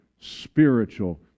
spiritual